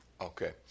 Okay